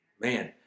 man